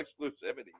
exclusivity